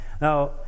Now